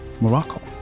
Morocco